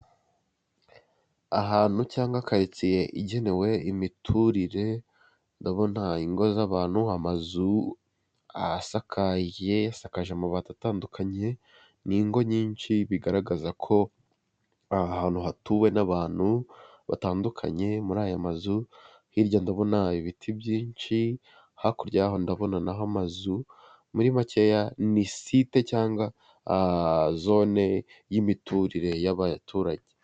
Ahantu cyangwa karitsiye igenewe imiturire ndabona ingo z'abantu amazu asakaye, asakajwe amabati atandukanye, n'ngo nyinshi bigaragaza ko ahantu hatuwe n'abantu batandukanye muri aya mazu hirya ndabona ibiti byinshi hakuryaho ndabona naho amazu muri make ya ni site cyangwa zone yimiturire y'abaturage.